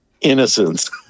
innocence